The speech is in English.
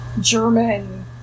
german